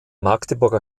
magdeburger